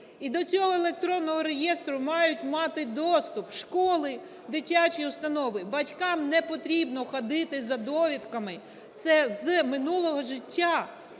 і до цього електронного реєстру мають мати доступ школи, дитячі установи. Батькам не потрібно ходити за довідками – це з минулого життя!